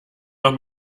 noch